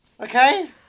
Okay